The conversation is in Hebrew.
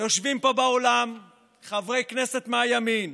יושבים פה באולם חברי כנסת מהימין.